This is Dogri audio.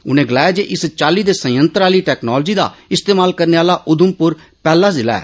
उनें गलाया जे इस चाल्ली दें संयंत्र आली टैक्नालोजी दा इस्तेमाल करने आला उधमपुर पैहला जिला ऐ